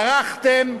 ברחתם.